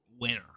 winner